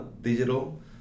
digital